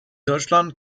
deutschland